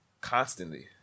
constantly